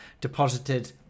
deposited